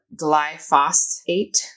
glyphosate